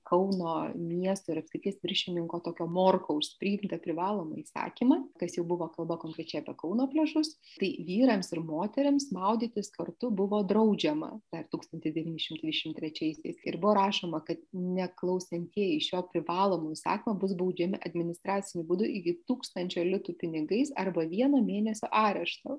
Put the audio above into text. kauno miesto ir apskrities viršininko tokio morkaus priimtą privalomąjį įsakymą kas jau buvo kalba konkrečiai apie kauno pliažus tai vyrams ir moterims maudytis kartu buvo draudžiama dar tūkstantis devyni šimtai dvidešimt trečiaisiais ir buvo rašoma kad neklausantieji šio privalomo įsakymo bus baudžiami administraciniu būdu iki tūkstančio litų pinigais arba vieno mėnesio areštu